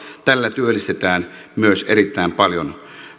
tällä työllistetään myös erittäin paljon